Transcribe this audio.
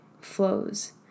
flows